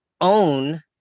own